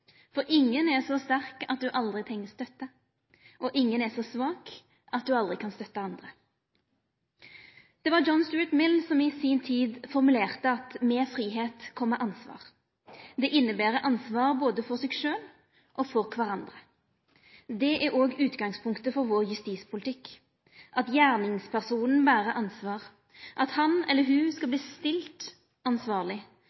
For ingen er så sterk at ein aldri treng støtte, og ingen er så svak at ein aldri kan støtta andre. Det var John Stuart Mill som i si tid formulerte at med fridom kjem ansvar. Det inneber ansvar både for seg sjølv og for kvarandre. Det er òg utgangspunktet for vår justispolitikk: at gjerningspersonen ber ansvar, at han eller ho skal